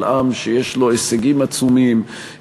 על עם שיש לו הישגים עצומים,